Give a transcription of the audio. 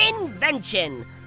invention